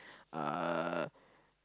uh